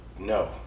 No